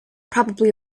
probably